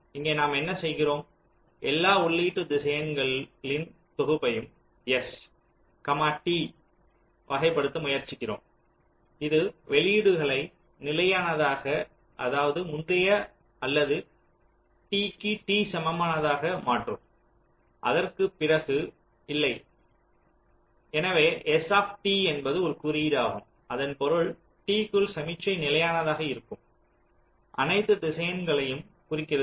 இங்கே நாம் என்ன செய்கிறோம் எல்லா உள்ளீட்டு திசையன்களின் தொகுப்பையும் S T வகைப்படுத்த முயற்சிக்கிறோம் இது வெளியீடுகளை நிலையானதாக அதாவது முந்தைய அல்லது t க்கு T சமமானதாக மாற்றும்அதற்குப் பிறகு இல்லை எனவே S என்பது ஒரு குறியீடாகும் இதன் பொருள் T க்குள் சமிக்ஞை நிலையானதாக இருக்கும் அனைத்து திசையன்களையும் குறிக்கிறது